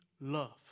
love